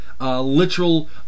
Literal